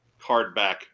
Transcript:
cardback